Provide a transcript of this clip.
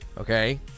Okay